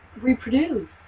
reproduce